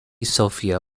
sofia